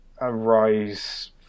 arise